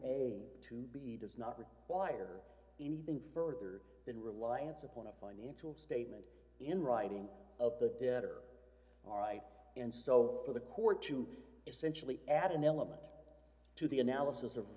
a to b does not require anything further than reliance upon a financial statement in writing of the debtor all right and so for the court to essentially add an element to the analysis of